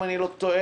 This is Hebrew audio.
אם אני לא טועה,